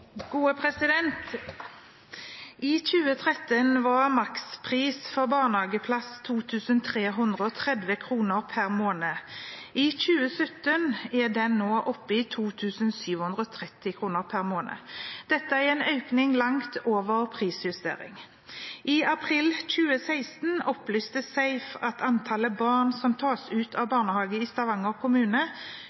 2013 var makspris for barnehageplass 2 330 kroner pr. måned. I 2017 er den 2 730 kroner pr. måned. Dette er en økning langt over prisjustering. I april 2016 opplyste SAFE at antallet barn som tas ut av barnehagene i Stavanger kommune,